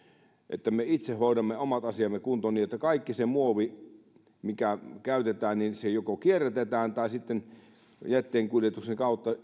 että me itse hoidamme omat asiamme kuntoon niin että kaikki se muovi mikä käytetään joko kierrätetään tai jätteenkuljetuksen kautta